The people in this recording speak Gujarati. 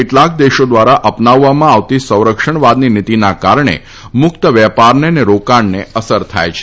કેટલાક દેશો દ્વારા અપનાવવામાં આવતી સંરક્ષણવાદની નીતિના કારણે મુક્ત વેપારને અને રોકાણને અસર થાય છે